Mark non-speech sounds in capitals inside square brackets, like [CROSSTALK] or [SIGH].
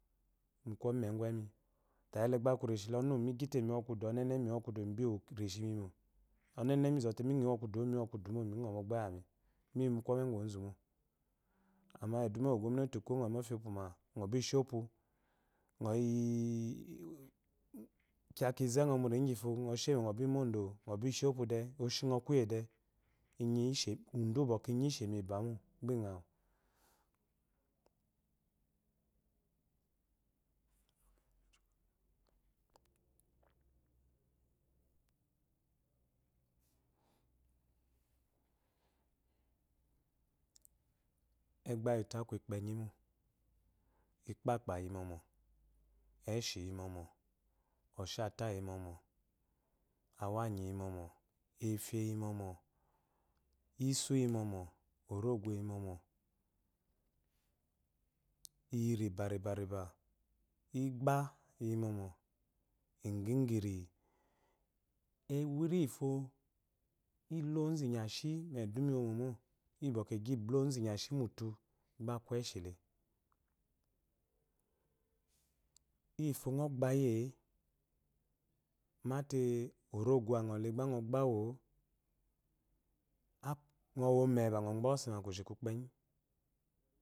Mu kwɔme ngwu emi, gba aku rishi le ɔnu migyite mi wo kudu, onene mi wɔ rishi mi mo one mizo mini wo kudu mi wɔ kudu mo mu ngɔ mogba lyami, mi yi mu kwome ugwu onzu mo, ama eduma yi ogwamnah ko gɔ yi mu ofya ipuma ngɔ bishi opu, ngɔ yi [HESITATION] kiya kize ngɔ mu riyi layifo ngo bishi opu de, udu uwu bwɔkwɔ lnyi lshémi lbamo gba inyenyci [HESITATION] egba lyi utu aku ikpenyi mu, ikpakpa lyi mɔmɔ, éshi lyi mɔmɔ oshata eyi momo, aw nylyi mɔmɔ efye lyi mɔmɔ isu lyi mɔmɔ, orogo eyi mɔmɔ lyi riba riba riba, igbaaiyi mɔmɔ, inginggiri, ewiri iyi fo llo onzu inyashi yi eduma ewo. mo lyi bwɔkwwɔ lgi lo onzu inyashi yi utu gba aku éshile, iyifo ngɔ gba yiye mate orodo angɔle gba ngɔ gba-o ngɔ wome mba ngɔ gbeyi ose.